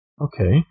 Okay